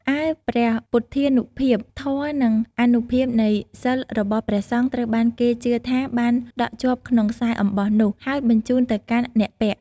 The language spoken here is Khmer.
ឯ ព្រះពុទ្ធានុភាព ធម៌ និងអានុភាពនៃសីលរបស់ព្រះសង្ឃ ត្រូវបានគេជឿថាបានដក់ជាប់ក្នុងខ្សែអំបោះនោះ ហើយបញ្ជូនទៅកាន់អ្នកពាក់។